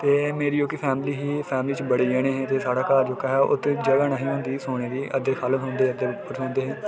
ते मेरी जेह्की फैमली ही ते फैमली च बडे जने ऐ साढ़ा घर जेह्का ऐ उत्थै जगह् नेईं ही होंदी सोने दी अद्धे ख'ल्ल सोंदे हे अद्धे उप्पर सोंदे हे